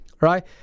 Right